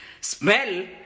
smell